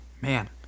man